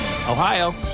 Ohio